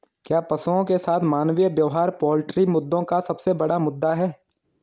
क्या पशुओं के साथ मानवीय व्यवहार पोल्ट्री मुद्दों का सबसे बड़ा मुद्दा है?